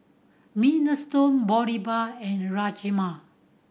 Minestrone Boribap and Rajma